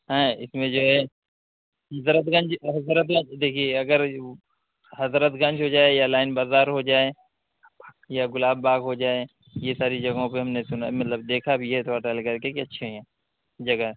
ہاں اس میں جو ہے حضرت گنج حضرت گنج دیکھیے اگر حضرت گنج ہو جائے یا لائن بازار ہو جائے یا گلاب باغ ہو جائے یہ ساری جگہوں پہ ہم نے سنا مطلب دیکھا بھی ہے تھوڑا ٹہل کر کے کہ اچھی ہیں جگہ